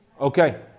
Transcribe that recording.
Okay